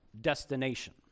destination